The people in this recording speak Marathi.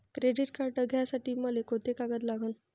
क्रेडिट कार्ड घ्यासाठी मले कोंते कागद लागन?